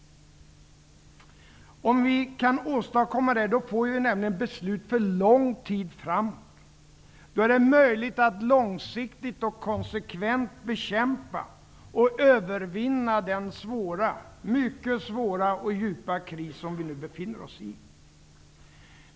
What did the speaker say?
Om vi kan åstadkomma det får vi nämligen beslut för lång tid framåt. Då är det möjligt att långsiktigt och konsekvent bekämpa och övervinna den mycket svåra och djupa kris som vi nu befinner oss i.